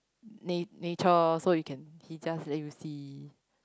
na~ nature so you can he just let you see